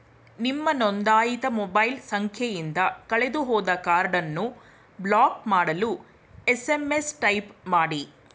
ನಿಮ್ಮ ನೊಂದಾಯಿತ ಮೊಬೈಲ್ ಸಂಖ್ಯೆಯಿಂದ ಕಳೆದುಹೋದ ಕಾರ್ಡನ್ನು ಬ್ಲಾಕ್ ಮಾಡಲು ಎಸ್.ಎಂ.ಎಸ್ ಟೈಪ್ ಮಾಡಿ